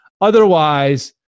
Otherwise